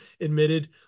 admitted